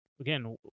again